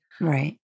Right